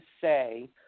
say